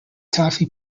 toffee